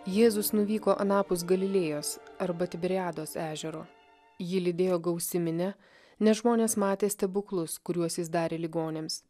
jėzus nuvyko anapus galilėjos arba tibiriados ežero jį lydėjo gausi minia nes žmonės matė stebuklus kuriuos jis darė ligoniams